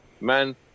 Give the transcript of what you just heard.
Man